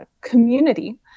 community